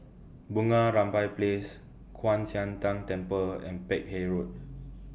Bunga Rampai Place Kwan Siang Tng Temple and Peck Hay Road